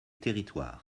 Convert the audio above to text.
territoires